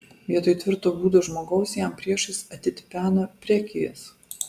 vietoj tvirto būdo žmogaus jam priešais atitipena prekijas